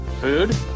Food